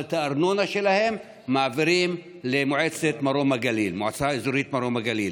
אבל את הארנונה שלהם מעבירים למועצה אזורית מרום הגליל.